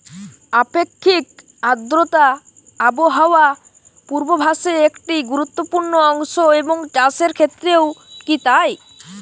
আপেক্ষিক আর্দ্রতা আবহাওয়া পূর্বভাসে একটি গুরুত্বপূর্ণ অংশ এবং চাষের ক্ষেত্রেও কি তাই?